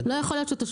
נכון.